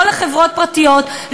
לא לחברות פרטיות,